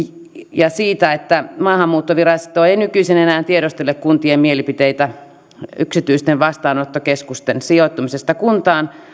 ja siitä että maahanmuuttovirasto ei nykyisin enää tiedustele kuntien mielipiteitä yksityisten vastaanottokeskusten sijoittumisesta kuntaan